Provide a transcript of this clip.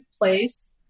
place